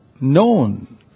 known